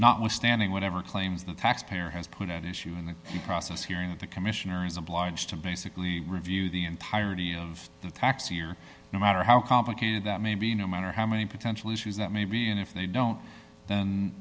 notwithstanding whatever claims the taxpayer has put at issue in the process hearing of the commissioner is obliged to basically review the entirety of the tax year no matter how complicated that may be no matter how many potential issues that may be and if they don't the